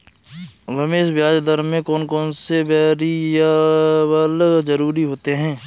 रमेश ब्याज दर में कौन कौन से वेरिएबल जरूरी होते हैं?